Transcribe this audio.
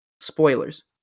spoilers